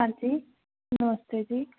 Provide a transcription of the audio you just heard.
ਹਾਂਜੀ ਨਮਸਤੇ ਜੀ